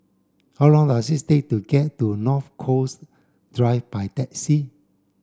how long does it take to get to North Coast Drive by taxi